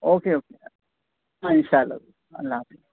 okay okay ہاں ان شاء اللہ اللہ حافظ